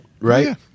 Right